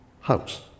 house